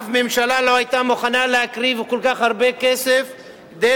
אף ממשלה לא היתה מוכנה להקריב כל כך הרבה כסף כדי